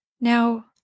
Now